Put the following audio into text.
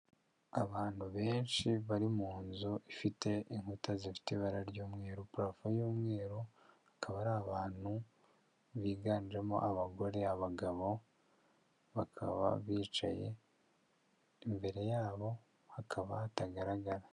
Abantu benshi bari mu nzu ifite inkuta zifite ibara ry'umweru, parafo y'umweru, akaba ari abantu biganjemo abagore, abagabo bakaba bicaye, imbere yabo hakaba hatagaragara.